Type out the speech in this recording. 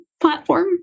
platform